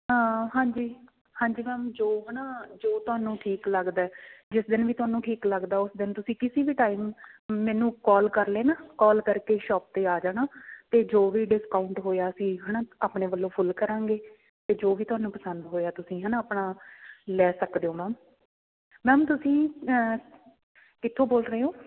ਹਾ ਹਾਂਜੀ ਹਾਂਜੀ ਮੈਮ ਜੋ ਹੈ ਨਾ ਜੋ ਤੁਹਾਨੂੰ ਠੀਕ ਲੱਗਦਾ ਜਿਸ ਦਿਨ ਵੀ ਤੁਹਾਨੂੰ ਠੀਕ ਲੱਗਦਾ ਉਸ ਦਿਨ ਤੁਸੀਂ ਕਿਸੇ ਵੀ ਟਾਈਮ ਮੈਨੂੰ ਕਾਲ ਕਰ ਲੈਣਾ ਕਾਲ ਕਰਕੇ ਸ਼ੋਪ 'ਤੇ ਆ ਜਾਣਾ ਅਤੇ ਜੋ ਵੀ ਡਿਸਕਾਊਂਟ ਹੋਇਆ ਸੀ ਹੈ ਨਾ ਆਪਣੇ ਵੱਲੋਂ ਫੁੱਲ ਕਰਾਂਗੇ ਅਤੇ ਜੋ ਵੀ ਤੁਹਾਨੂੰ ਪਸੰਦ ਹੋਇਆ ਤੁਸੀਂ ਹੈ ਨਾ ਆਪਣਾ ਲੈ ਸਕਦੇ ਹੋ ਮੈਮ ਤੁਸੀਂ ਕਿੱਥੋਂ ਬੋਲ ਰਹੇ ਹੋ